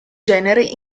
genere